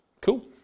Cool